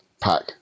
pack